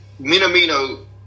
Minamino